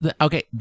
okay